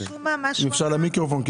הוא